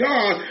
God